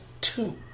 two